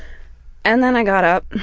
and then i got up,